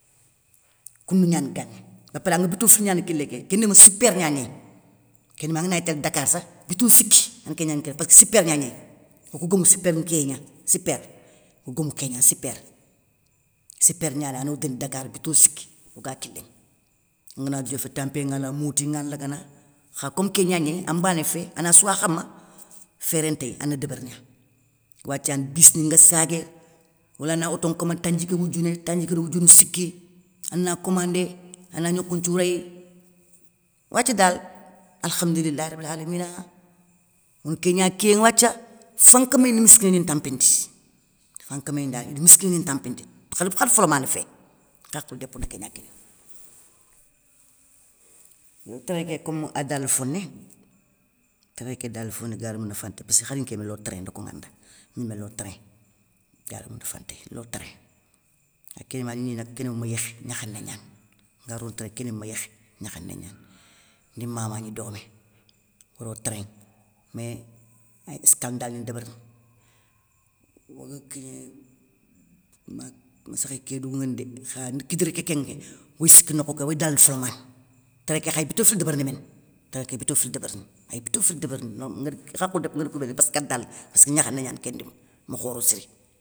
Koundou gnani gani, ba paré anŋa bito fili gnana, kilé ké kén dima super gnagnéy, kén ndima angana gni tél dakar sakh, bito siki ani kégnagnana kilé passkeu super gnagnéy, okou gomou super nkiyé gna, super ogomou kégna super. Super gnanéy ano déni dakar bito siki oga kilénŋa, angana diofé tampiyé ŋanŋa, mouti ŋalagana, kom kégnagnéy an bana fé, anassoua khama, féré ntéy ane débérina. Wathiane biss ni nga saguéy, wala na auto nkomandé tandjiké woudiouné, tandjiké do woudiounou siki, ana komandé, ana gnokou nthiou réy, wathie dal alkhamdoulilay rabil alamina, ona kégna kiyé ŋa wathia, fankama ni na misskinani ntampindi, fankama ni dal ida misskinani ntampindi, khada folamané fé, nhakhilou dépou nda kégna kini ŋa. Yo train kom adala foné, train ké dala foné garé mounafa ntey passkeu khari nké yimé lo train nda konŋa nda gnimé lo train, garé mounafa ntey lo train, kha ké dima argni nak ma yékhi gnakhané gnani, nga rono train kén ndima ma yékhi, gnakhané gnani. Ndi mama gni domé, oro train mé, ay ésskandale ndébérini, oga kigné ma messékhéy kédougou nguéni dé, kha kidira kékénké, oy siki nokhou ké oy dalana folamané, train ké khay bito fili débérini méné, téré kéy biyo fili débérini, ay bito fili débérini normal, nguér nhakhilou dépou ngari koubéni passka dala, passkeu gnakhané gnani kén ndima, ma khoro siri.